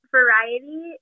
variety